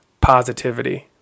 positivity